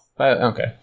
Okay